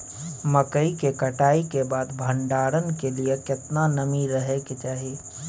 मकई के कटाई के बाद भंडारन के लिए केतना नमी रहै के चाही?